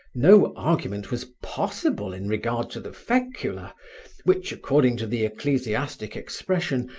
no argument was possible in regard to the fecula which, according to the ecclesiastic expression,